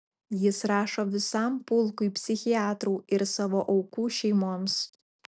jis rašo visam pulkui psichiatrų ir savo aukų šeimoms